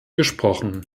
gesprochen